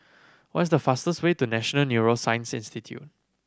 what is the fastest way to National Neuroscience Institute